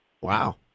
Wow